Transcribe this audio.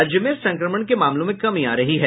राज्य में संक्रमण के मामलों में कमी आ रही है